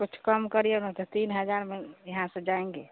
कुछ काम करिए ना तो तीन हज़ार में यहाँ से जाएँगे